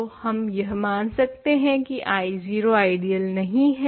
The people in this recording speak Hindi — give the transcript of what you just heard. तो हम यह मान सकते हैं की I 0 आइडियल नहीं है